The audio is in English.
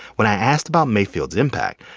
when i asked about mayfield's impact,